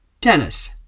Tennis